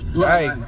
Hey